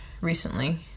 recently